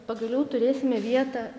pagaliau turėsime vietą